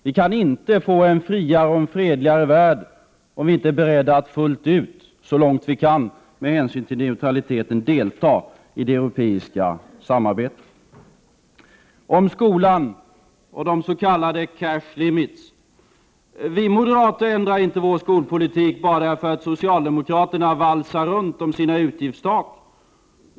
Vi kan inte få en friare och fredligare värld om vi inte är beredda att fullt ut, så långt vi kan med hänsyn till neutraliteten, delta i det europeiska samarbetet. Om skolan och de s.k. cashlimits: Vi moderater ändrar inte vår skolpolitik bara därför att socialdemokraterna valsar runt om sina utgiftstak.